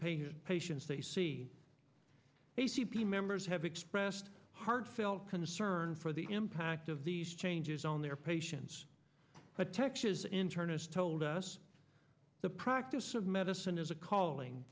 paid patients they see a c p members have expressed heartfelt concern for the impact of these changes on their patients a texas internist told us the practice of medicine is a calling